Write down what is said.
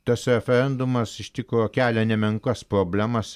tas referendumas iš tikro kelia nemenkas problemas